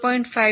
5 1